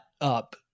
up